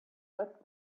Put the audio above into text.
but